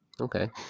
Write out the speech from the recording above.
okay